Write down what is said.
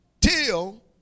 Till